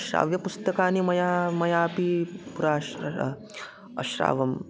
श्राव्यपुस्तकानि मया मयापि पुरा श्र अश्रावम्